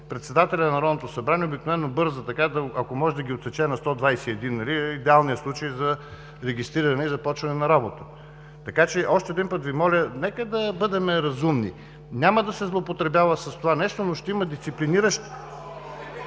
председателят на Народното събрание обикновено бърза така, ако може, да ги отсече на 121 регистрирани, нали, идеалният случай за регистриране за започване на работата. Така че още един път Ви моля, нека да бъдем разумни. Няма да се злоупотребява с това нещо, но ще има дисциплиниращ